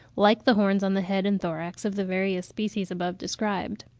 like the horns on the head and thorax of the various species above described.